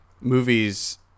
movies